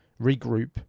regroup